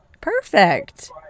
Perfect